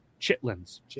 Chitlin's